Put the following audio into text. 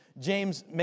James